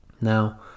Now